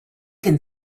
can